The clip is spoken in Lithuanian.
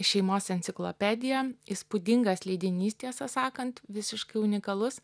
šeimos enciklopedija įspūdingas leidinys tiesą sakant visiškai unikalus